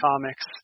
comics